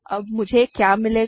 अब मुझे क्या मिलेगा